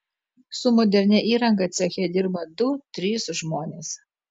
su modernia įranga ceche dirba du trys žmonės